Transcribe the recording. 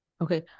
Okay